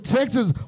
Texas